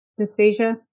dysphagia